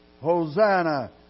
Hosanna